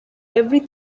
every